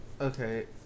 Okay